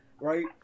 right